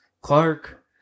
Clark